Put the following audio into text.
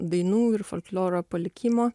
dainų ir folkloro palikimo